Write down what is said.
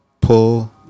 pull